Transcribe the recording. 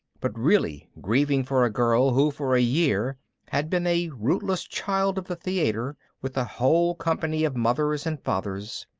but really grieving for a girl who for a year had been a rootless child of the theater with a whole company of mothers and fathers,